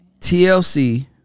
TLC